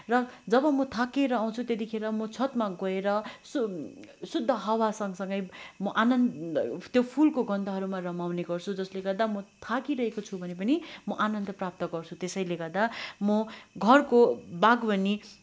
र जब मो थाकेर आउँछु त्यतिखेर म छतमा गएर शुद्ध हावासँगसँगै म आनन्द त्यो फुलको गन्धहरूमा रमाउने गर्छु जसले गर्दा मो थाकिरहेको छु भने पनि म आनन्द प्राप्त गर्छु त्यसैले गर्दा म घरको बागवनी